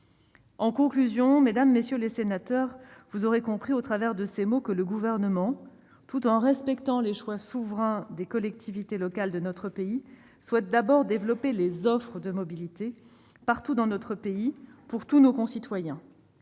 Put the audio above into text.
En conclusion, mesdames, messieurs les sénateurs, vous aurez compris au travers de mon intervention que le Gouvernement, tout en respectant le choix souverain des collectivités locales, souhaite d'abord développer les offres de mobilité partout dans notre pays et pour tous nos concitoyens.